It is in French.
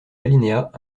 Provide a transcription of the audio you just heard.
alinéas